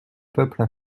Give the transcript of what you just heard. peuple